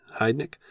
Heidnik